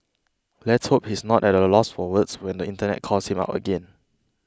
let's hope he's not at a loss for words when the Internet calls him out again